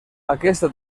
aquesta